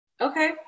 Okay